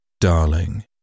darling